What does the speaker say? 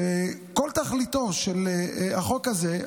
שכל תכליתה של הצעת החוק הזאת,